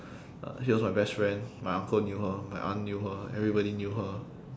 uh she was my best friend my uncle knew her my aunt knew her everybody knew her